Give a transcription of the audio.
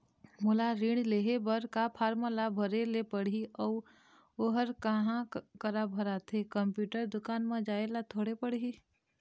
मोला ऋण लेहे बर का फार्म ला भरे ले पड़ही अऊ ओहर कहा करा भराथे, कंप्यूटर दुकान मा जाए ला थोड़ी पड़ही?